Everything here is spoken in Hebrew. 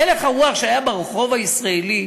הלך הרוח שהיה ברחוב הישראלי.